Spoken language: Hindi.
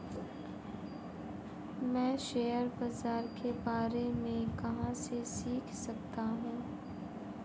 मैं शेयर बाज़ार के बारे में कहाँ से सीख सकता हूँ?